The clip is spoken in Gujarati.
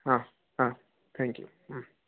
હા હા થેન્ક યૂ